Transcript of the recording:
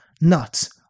nuts